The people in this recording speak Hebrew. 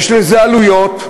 יש לזה עלויות,